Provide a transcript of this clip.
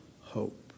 hope